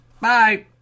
Bye